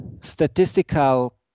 statistical